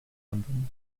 london